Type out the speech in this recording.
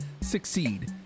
succeed